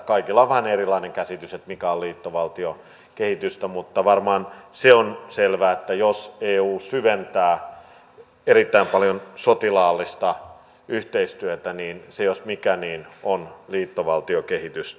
kaikilla on vähän erilainen käsitys siitä mikä on liittovaltiokehitystä mutta varmaan on selvää että jos eu syventää erittäin paljon sotilaallista yhteistyötä niin se jos mikä on liittovaltiokehitystä